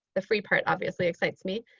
the free part obviously excites me.